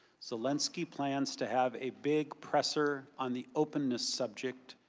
zelensky plans to have a big presser on the open the subject,